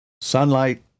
sunlight